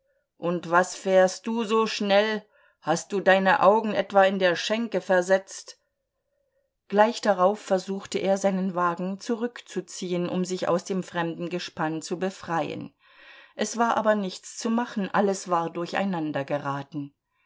und was fährst du so schnell hast du deine augen etwa in der schenke versetzt gleich darauf versuchte er seinen wagen zurückzuziehen um sich aus dem fremden gespann zu befreien es war aber nichts zu machen alles war durcheinander geraten